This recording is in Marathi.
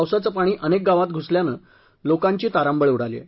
पावसाचं पाणी अनेक गावात घुसल्याने लोकांची तारांबळ उडाली आहे